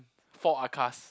four